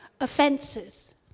offenses